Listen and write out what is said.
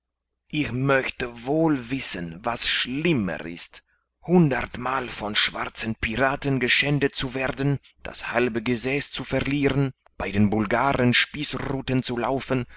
ich möchte wohl wissen was schlimmer ist hundertmal von schwarzen piraten geschändet zu werden das halbe gesäß zu verlieren bei den bulgaren spießruthen zu laufen